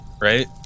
right